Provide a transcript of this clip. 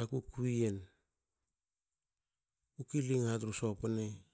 aku kui yen. Aku killing ha tru sopene.